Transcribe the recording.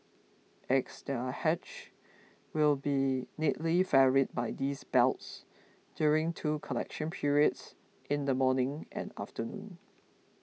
eggs that are hatched will be neatly ferried by these belts during two collection periods in the morning and afternoon